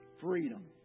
freedom